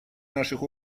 наших